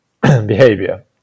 behavior